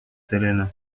selena